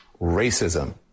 racism